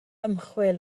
ymchwil